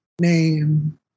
name